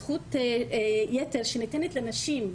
זכות יתר שניתנת לנשים,